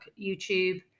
YouTube